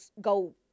go